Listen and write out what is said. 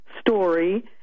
story